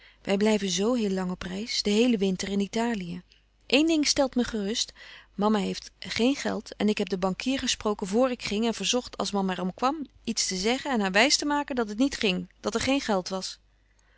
wij blijven zoo heel lang op reis den heelen winter in italië eén ding stelt me gerust mama heeft geen geld en ik heb den bankier gesproken vor ik ging en verzocht als mama er om kwam iets te zeggen en haar wijs te maken dat het niet ging dat er geen geld was